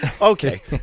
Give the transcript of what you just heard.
okay